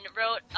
wrote